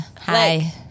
Hi